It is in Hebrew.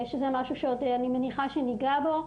שזה משהו שאני מניחה שניגע בו.